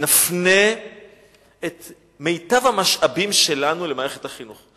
נפנה את מיטב המשאבים שלנו למערכת החינוך.